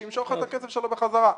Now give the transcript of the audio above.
שימשוך את הכסף שלו בחזרה.